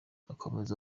akomeza